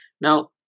now